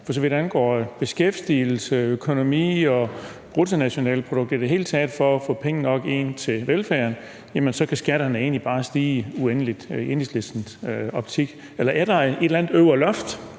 for så vidt angår beskæftigelse, økonomi og bruttonationalprodukt i det hele taget, egentlig bare kan stige uendeligt i Enhedslistens optik. Eller er der et eller andet øvre loft